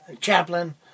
chaplain